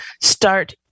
start